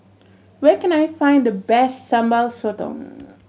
where can I find the best Sambal Sotong